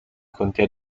contea